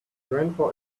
grandpa